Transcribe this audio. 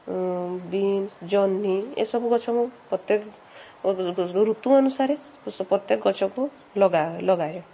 beans ଜହ୍ନି ଏସବୁ ଗଛ ମୁଁ ପ୍ରତ୍ୟେକ ଋତୁ ଅନୁସାରେ ପ୍ରତ୍ୟେକ ଗଛକୁ ଲଗାଏ